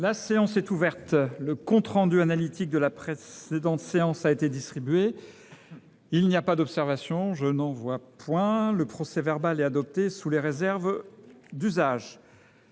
La séance est ouverte. Le compte rendu analytique de la précédente séance a été distribué. Il n’y a pas d’observation ?… Le procès verbal est adopté sous les réserves d’usage.